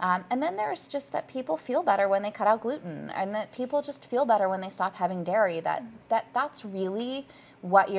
and then there is just that people feel better when they cut out gluten and that people just feel better when they stop having dairy that that that's really what you're